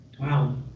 Wow